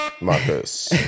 Marcus